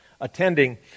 attending